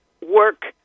work